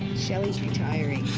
shelley's retiring.